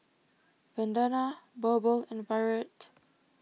Vandana Birbal and Virat